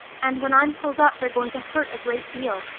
and when i'm pulled up they're going to hurt a great deal.